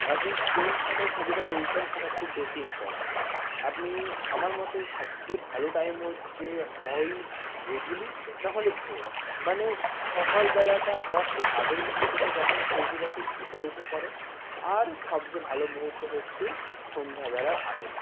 আপনি কোন সময় ছবিটা তুলছেন সেটা খুব বেশি ইম্পর্টেন্ট আপনি আমার মতে সবচেয়ে ভালো টাইম হচ্ছে হয় গোধূলি না হলে ভোর মানে সকালবেলাটা হওয়ার ঠিক আগের মুহূর্তটা যখন সূর্যটা ঠিক উঠি উঠি করে আর সবচেয়ে ভালো মুহূর্ত হচ্ছে সন্ধ্যাবেলার আগেটা